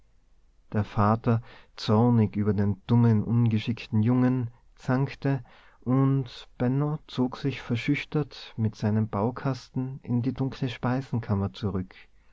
der vater zornig über den dummen ungeschickten jungen zankte und benno zog sich verschüchtert mit seinem baukasten in die dunkle speisenkammer zurück